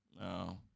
No